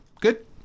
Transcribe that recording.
Good